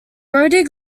brodie